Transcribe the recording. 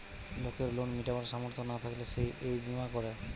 লোকের লোন মিটাবার সামর্থ না থাকলে সে এই বীমা করে